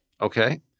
Okay